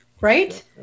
right